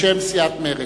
בשם סיעת מרצ.